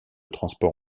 transport